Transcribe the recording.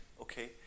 okay